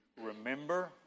remember